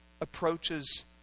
approaches